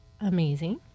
Amazing